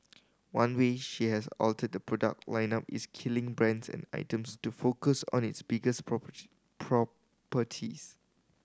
one way she has altered the product lineup is killing brands and items to focus on its biggest property properties